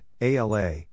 ALA